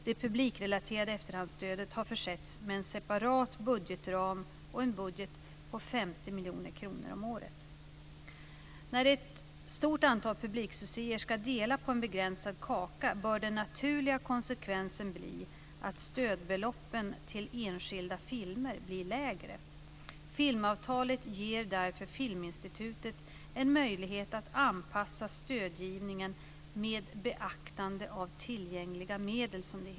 Det publikrelaterade efterhandsstödet har försetts med en separat budgetram och en budget på 50 miljoner kronor om året. När ett stort antal publiksuccéer ska dela på en begränsad kaka bör den naturliga konsekvensen bli att stödbeloppen till enskilda filmer blir lägre. Filmavtalet ger därför Filminstitutet en möjlighet att anpassa stödgivningen "med beaktande av tillgängliga medel".